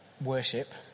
worship